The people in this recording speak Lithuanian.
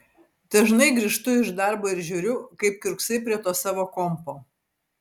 dažnai grįžtu iš darbo ir žiūriu kaip kiurksai prie to savo kompo